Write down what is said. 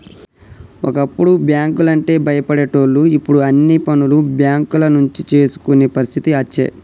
ఒకప్పుడు బ్యాంకు లంటే భయపడేటోళ్లు ఇప్పుడు అన్ని పనులు బేంకుల నుంచే చేసుకునే పరిస్థితి అచ్చే